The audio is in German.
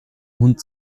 hund